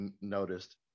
noticed